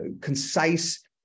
concise